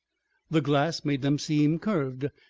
the glass made them seem curved,